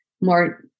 more